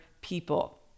people